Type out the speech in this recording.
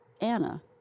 Anna